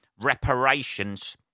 reparations